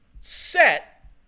set